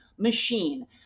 machine